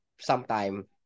sometime